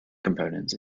components